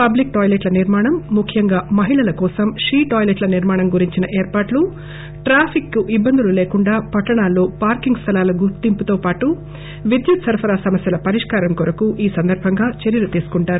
public తాయిలెట్ల నిర్మాణం ముఖ్యంగా మహిళల కోసం షీ టాయిలెట్ల నిర్మాణం గురించిన ఏర్పాట్లు ట్రాఫిక్ ఇబ్బందులు లేకుండా పట్టణాల్లో పార్కింగ్ స్టలాల గుర్తింపు తో పాటూ విద్యుట సరఫరా సమస్యల పరిష్కారం కొరకు చర్యలు ఈ సందర్బంగా తీసుకుంటారు